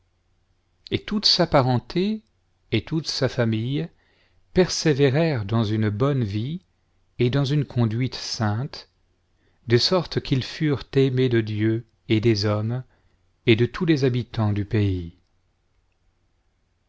et toute sa parenté et toute sa famille persévérèrent dans une bonne vie et dans une conduite sainte de sorte qu'ils furent aimés de dieu et des hommes et de tous les habitants du pays